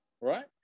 right